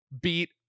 beat